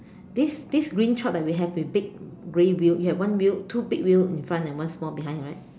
this this green truck that we have with big grey wheels you have one wheel two big wheel in front and one small behind right